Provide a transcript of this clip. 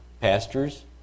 pastors